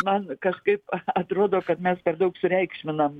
na kažkaip atrodo kad mes per daug sureikšminam